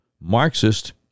Marxist